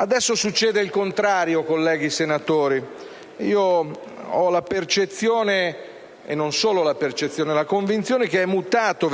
Adesso succede il contrario, colleghi senatori. Ho la percezione, anzi la convinzione che è mutata